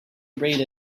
abraded